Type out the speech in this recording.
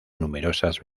numerosas